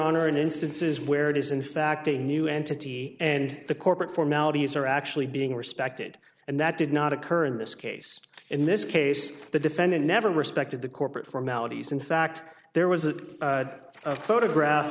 honor in instances where it is in fact a new entity and the corporate formalities are actually being respected and that did not occur in this case in this case the defendant never respected the corporate formalities in fact there was a photograph